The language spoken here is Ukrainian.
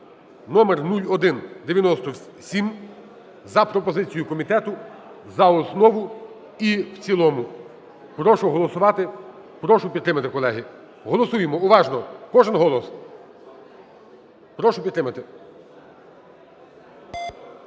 (номер 0197) за пропозицією комітету за основу і в цілому. Прошу голосувати, прошу підтримати, колеги. Голосуємо уважно. Кожен голос. Прошу підтримати.